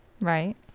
Right